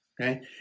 okay